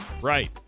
Right